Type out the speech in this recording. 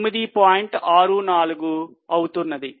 64 అవుతుంది